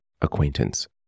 acquaintance